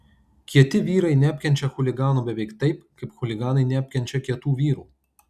kieti vyrai neapkenčia chuliganų beveik taip kaip chuliganai neapkenčia kietų vyrų